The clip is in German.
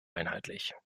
einheitlich